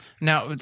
now